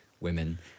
women